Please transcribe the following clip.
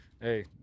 Hey